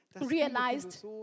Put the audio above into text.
...realized